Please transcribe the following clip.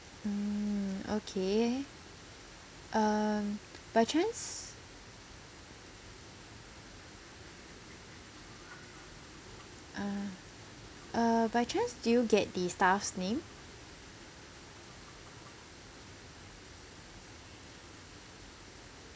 mm okay um by chance ah uh by chance do you get the staff's name